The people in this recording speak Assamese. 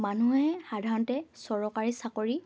মানুহে সাধাৰণতে চৰকাৰী চাকৰি